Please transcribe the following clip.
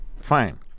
Fine